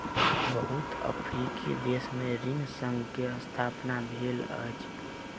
बहुत अफ्रीकी देश में ऋण संघ के स्थापना भेल अछि